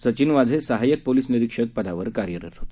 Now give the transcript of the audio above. सचिन वाझे सहाय्यक पोलिस निरिक्षक पदावर कार्यरत होते